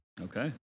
Okay